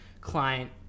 client